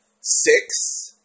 Six